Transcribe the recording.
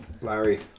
Larry